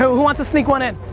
so who wants to sneak one in?